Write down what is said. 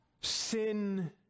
sin